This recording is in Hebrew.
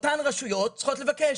אותן רשויות צריכות לבקש.